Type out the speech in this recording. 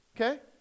Okay